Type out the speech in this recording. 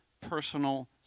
personal